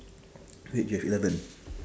wait you have eleven